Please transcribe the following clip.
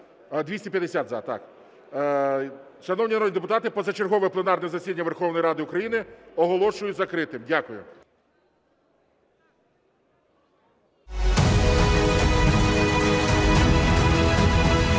250 – за, так. Шановні народні депутати, позачергове пленарне засідання Верховної Ради України оголошую закритим. Дякую.